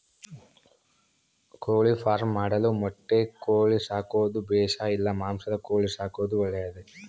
ಕೋಳಿಫಾರ್ಮ್ ಮಾಡಲು ಮೊಟ್ಟೆ ಕೋಳಿ ಸಾಕೋದು ಬೇಷಾ ಇಲ್ಲ ಮಾಂಸದ ಕೋಳಿ ಸಾಕೋದು ಒಳ್ಳೆಯದೇ?